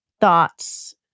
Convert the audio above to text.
thoughts